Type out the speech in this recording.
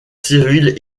civile